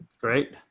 Great